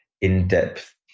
in-depth